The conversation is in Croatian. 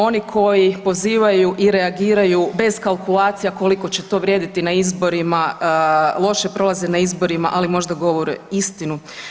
Oni koji pozivaju i reagiraju bez kalkulacija koliko će to vrijediti na izborima loše prolaze na izborima, ali možda govore istinu.